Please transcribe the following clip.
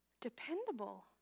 Dependable